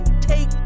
take